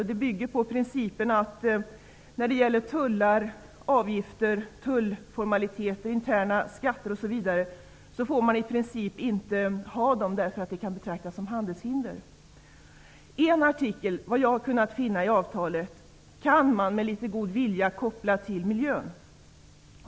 Därför får man i princip inte ha tullavgifter, interna skatter osv. Detta kan nämligen betraktas som handelshinder. Jag har kunnat finna en artikel i avtalet som man med litet god vilja kan koppla till miljön.